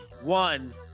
one